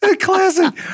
classic